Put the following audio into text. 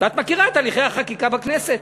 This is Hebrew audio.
ואת מכירה את תהליכי החקיקה בכנסת,